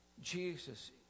Jesus